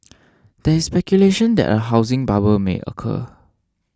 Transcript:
there is speculation that a housing bubble may occur